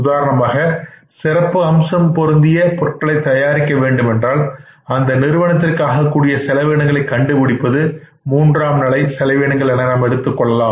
உதாரணமாக சிறப்பு அம்சம் பொருந்திய பொருட்களை தயாரிக்க வேண்டும் என்றால் அந்த நிறுவனத்திற்கு ஆகக்கூடிய செலவீனங்களை கண்டுபிடிப்பது இந்த மூன்றாம்நிலை செலவினங்கள் என எடுத்துக்கொள்ளலாம்